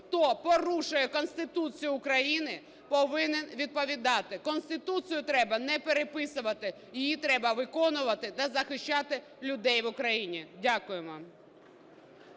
хто порушує Конституцію України, повинен відповідати. Конституцію треба не переписувати, її треба виконувати та захищати людей в Україні. Дякуємо.